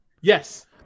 Yes